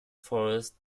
forest